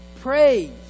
Praise